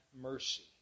mercy